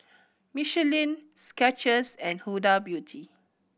Michelin Skechers and Huda Beauty